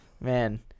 Man